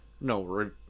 No